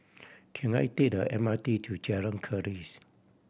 can I take the M R T to Jalan Keris